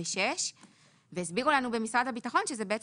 6 --- והסבירו לנו במשרד הביטחון שזה גם